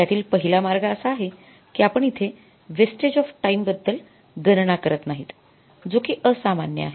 त्यातील पहिला मार्ग असा आहे कि आपण इथे वेस्टेज ऑफ टाईम बद्दल गणना करत नाहीत जो कि असामान्य आहे